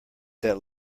that